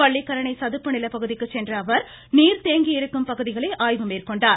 பள்ளிக்கரணை சதுப்பு நிலப்பகுதிக்கு சென்ற அவர் நீர் தேங்கி இருக்கும் பகுதிகளை ஆய்வு மேற்கொண்டார்